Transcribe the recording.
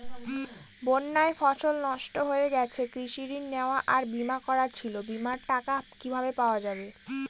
বন্যায় ফসল নষ্ট হয়ে গেছে কৃষি ঋণ নেওয়া আর বিমা করা ছিল বিমার টাকা কিভাবে পাওয়া যাবে?